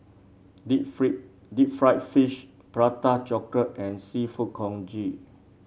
deep Deep Fried Fish Prata Chocolate and seafood Congee